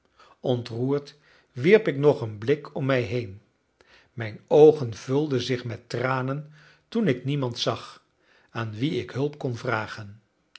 ontroerd wierp ik nog een blik om mij heen mijn oogen vulden zich met tranen toen ik niemand zag aan wien ik hulp kon vragen